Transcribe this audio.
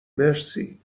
مرسی